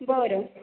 बरं